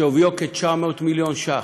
שוויו כ-900 מיליון ש"ח.